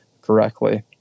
correctly